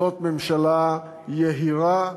זאת ממשלה יהירה,